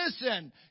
listen